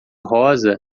rosa